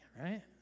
right